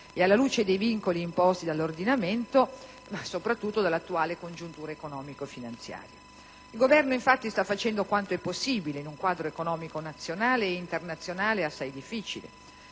alla luce dei vincoli imposti dall'ordinamento, ma soprattutto dall'attuale congiuntura economico-finanziaria. Il Governo sta facendo quanto è possibile in un quadro economico nazionale e internazionale difficile